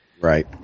Right